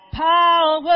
Power